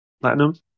platinum